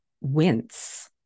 wince